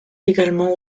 également